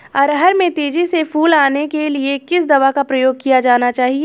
अरहर में तेजी से फूल आने के लिए किस दवा का प्रयोग किया जाना चाहिए?